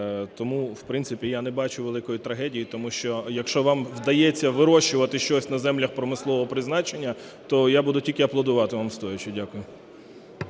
Тому, в принципі, я не бачу великої трагедії, тому що, якщо вам вдається вирощувати щось на землях промислового призначення, то я буду тільки аплодувати вам стоячи. Дякую.